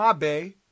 Mabe